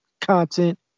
content